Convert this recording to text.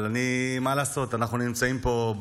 אבל מה לעשות, אנחנו נמצאים פה,